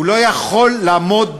הוא לא יכול לעמוד בזה.